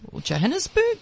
Johannesburg